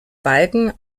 balken